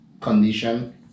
condition